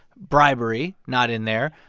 bribery not in there.